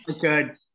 good